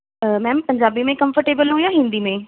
ma'am Punjabi ਮੇ comfortable ਹੋ ਜਾਂ ਹਿੰਦੀ ਮੇ